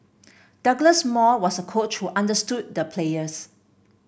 Douglas Moore was a coach who understood the players